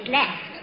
left